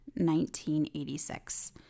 1986